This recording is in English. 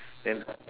then